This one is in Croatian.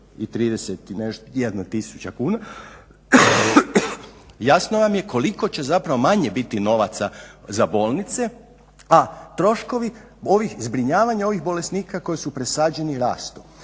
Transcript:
631 tisuća kuna, jasno vam je koliko će zapravo manje biti novaca za bolnice a troškovi ovih zbrinjavanja ovih bolesnika koji su presađeni rastu.